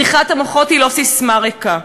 בריחת המוחות היא לא ססמה ריקה.